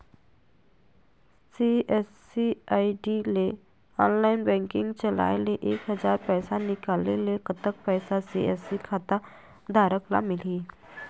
CSC ID ले online banking चलाए ले एक हजार पैसा निकाले ले कतक पैसा सी.एस.सी खाता धारक ला मिलही?